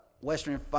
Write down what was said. Western